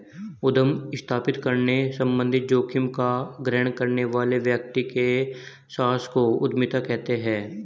उद्यम स्थापित करने संबंधित जोखिम का ग्रहण करने वाले व्यक्ति के साहस को उद्यमिता कहते हैं